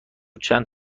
چند